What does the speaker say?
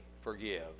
forgive